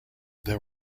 there